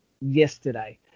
yesterday